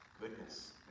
goodness